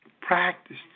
Practice